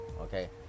Okay